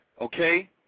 Okay